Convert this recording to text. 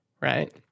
Right